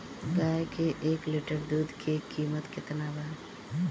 गाय के एक लिटर दूध के कीमत केतना बा?